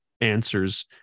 answers